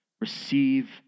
Receive